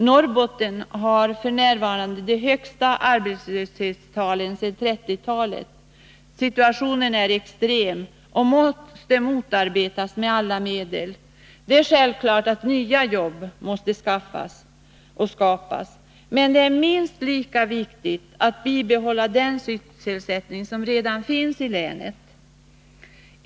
Norrbotten har f. n. det högsta arbetslöshetstalet sedan 1930-talet. Situationen är extrem och måste motarbetas med alla medel. Det är självklart att nya jobb måste skapas, men det är minst lika viktigt att man bibehåller den sysselsättning som redan finns i länet.